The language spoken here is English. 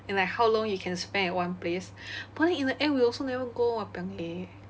and like how long you can spend at one place but then in the end we also never go !wahpiang! eh